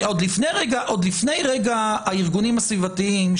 עוד לפני הארגונים הסביבתיים,